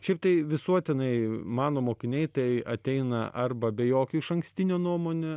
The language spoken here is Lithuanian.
šiaip tai visuotinai mano mokiniai tai ateina arba be jokių išankstinių nuomonė